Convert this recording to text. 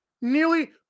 nearly